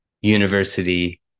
university